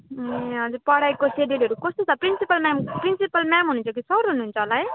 ए हजुर पढाइको सेड्युलहरू कस्तो छ प्रिन्सिपल म्याम प्रिन्सिपल म्याम हुनुहुन्छ कि सर हुनुहुन्छ होला है